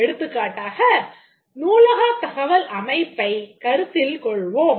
எடுத்துக்காட்டாக நூலகத் தகவல் அமைப்பைக் கருத்தில் கொள்வோம்